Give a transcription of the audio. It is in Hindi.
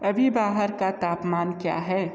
अभी बाहर का तापमान क्या है